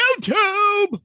YouTube